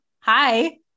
Hi